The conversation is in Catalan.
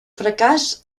fracàs